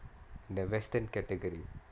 the western category